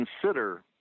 consider